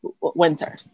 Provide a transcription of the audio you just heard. winter